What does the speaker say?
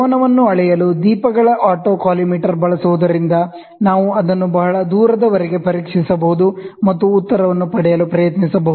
ಕೋನವನ್ನು ಅಳೆಯಲು ದೀಪಗಳ ಆಟೋಕಾಲಿಮೇಟರ್ ಬಳಸುವುದರಿಂದ ನಾವು ಅದನ್ನು ಬಹಳ ದೂರದವರೆಗೆ ಪರೀಕ್ಷಿಸಬಹುದು ಮತ್ತು ಉತ್ತರವನ್ನು ಪಡೆಯಲು ಪ್ರಯತ್ನಿಸಬಹುದು